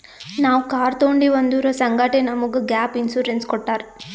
ನಾವ್ ಕಾರ್ ತೊಂಡಿವ್ ಅದುರ್ ಸಂಗಾಟೆ ನಮುಗ್ ಗ್ಯಾಪ್ ಇನ್ಸೂರೆನ್ಸ್ ಕೊಟ್ಟಾರ್